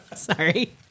Sorry